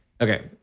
Okay